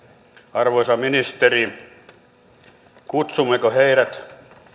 arvoisa ministeri kutsummeko heidät